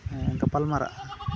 ᱜᱟᱯᱟᱞ ᱢᱟᱨᱟᱜᱼᱟ